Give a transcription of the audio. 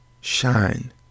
shine